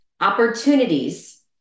opportunities